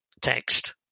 text